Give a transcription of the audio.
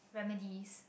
remedies